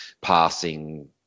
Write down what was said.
passing